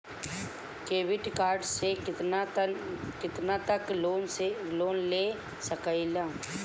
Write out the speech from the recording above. Credit card से कितना तक लोन ले सकईल?